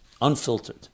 unfiltered